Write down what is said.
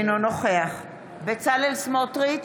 אינו נוכח בצלאל סמוטריץ'